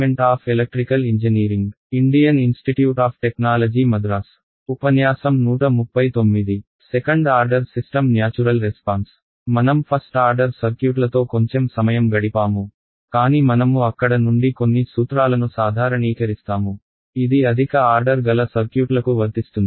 మనం first order సర్క్యూట్లతో కొంచెం సమయం గడిపాము కాని మనము అక్కడ నుండి కొన్ని సూత్రాలను సాధారణీకరిస్తాము ఇది అధిక ఆర్డర్ గల సర్క్యూట్లకు వర్తిస్తుంది